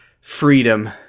freedom